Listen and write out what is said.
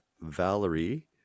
Valerie